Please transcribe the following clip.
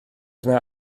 yna